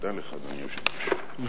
שנייה ושלישית.